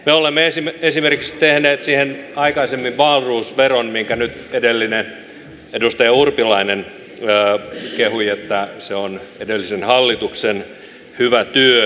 me olemme esimerkiksi tehneet siihen aikaisemmin wahlroos veron mitä nyt edustaja urpilainen kehui että se on edellisen hallituksen hyvä työ